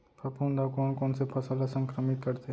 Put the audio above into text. फफूंद ह कोन कोन से फसल ल संक्रमित करथे?